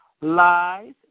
Lies